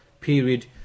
period